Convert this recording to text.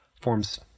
forms